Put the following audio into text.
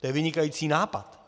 To je vynikající nápad!